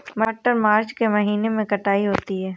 मटर मार्च के महीने कटाई होती है?